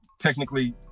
technically